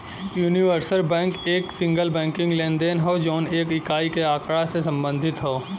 universal bank एक single banking लेनदेन हौ जौन एक इकाई के आँकड़ा से संबंधित हौ